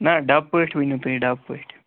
نَہ ڈَبہٕ پٲٹھۍ ؤنِو تُہۍ ڈَبہٕ پٲٹھۍ